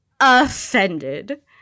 Offended